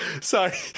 Sorry